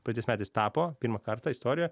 praeitais metais tapo pirmą kartą istorijoje